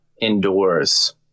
indoors